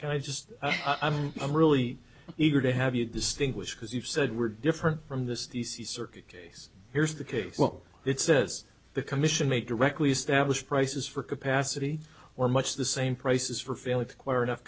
can i just i mean i'm really eager to have you distinguish because you've said we're different from this d c circuit case here's the case well it says the commission made directly establish prices for capacity or much the same prices for failing to acquire enough